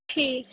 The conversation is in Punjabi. ਠੀਕ